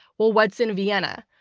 well, what's in vienna?